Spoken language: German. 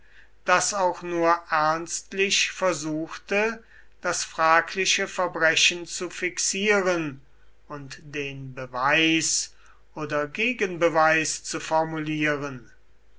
das auch nur ernstlich versuchte das fragliche verbrechen zu fixieren und den beweis oder gegenbeweis zu formulieren